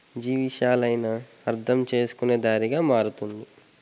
ఈ విశయాలైన అర్థం చేసుకునే దారిగా మారుతుంది